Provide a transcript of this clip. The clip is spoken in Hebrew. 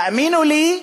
תאמינו לי,